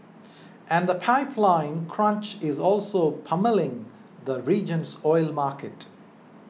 and the pipeline crunch is also pummelling the region's oil market